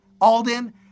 Alden